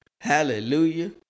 hallelujah